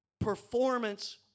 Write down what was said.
performance